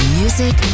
music